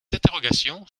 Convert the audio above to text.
interrogations